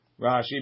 Rashi